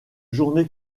journée